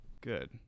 Good